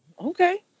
okay